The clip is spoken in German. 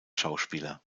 schauspieler